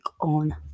on